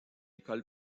école